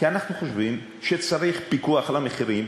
כי אנחנו חושבים שצריך פיקוח על המחירים.